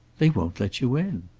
they won't let you in.